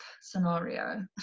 scenario